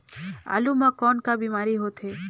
आलू म कौन का बीमारी होथे?